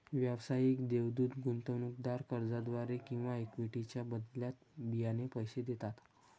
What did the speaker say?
व्यावसायिक देवदूत गुंतवणूकदार कर्जाद्वारे किंवा इक्विटीच्या बदल्यात बियाणे पैसे देतात